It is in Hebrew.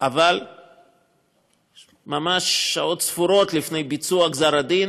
אבל ממש שעות ספורות לפני ביצוע גזר הדין